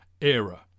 era